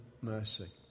mercy